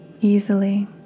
easily